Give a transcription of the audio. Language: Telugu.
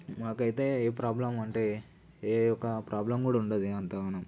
మాకు అయితే ఏ ప్రాబ్లెమ్ అంటే ఏ ఒక్క ప్రాబ్లెమ్ కూడా ఉంటుంది ఇక అంతగానం